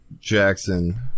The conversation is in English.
Jackson